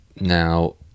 now